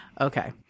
Okay